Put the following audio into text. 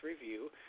Review